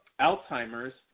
Alzheimer's